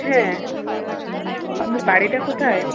হ্যাঁ আপনার বাড়িটা কোথায়